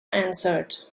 answered